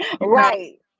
Right